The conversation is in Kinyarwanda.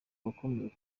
bakomeye